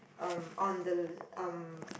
um on the um